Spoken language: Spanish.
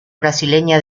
brasileña